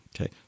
okay